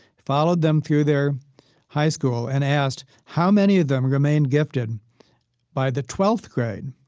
followed them through their high school and asked how many of them remained gifted by the twelfth grade.